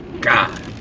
God